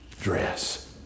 dress